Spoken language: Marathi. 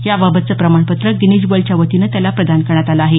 याबाबतचं प्रमाणपत्र गिनीज वर्ल्ड च्या वतीनं त्याला प्रदान करण्यात आलं आहे